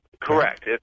Correct